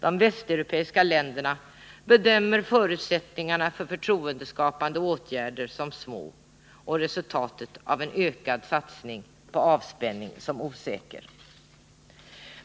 De västeuropeiska länderna bedömer förutsättningarna för förtroendeskapande åtgärder som små och resultatet av en ökad satsning på avspänning som osäkert.